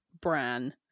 Bran